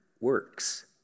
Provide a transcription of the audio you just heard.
works